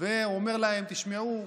והוא אומר להם: תשמעו,